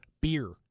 beer